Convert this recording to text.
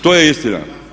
To je istina.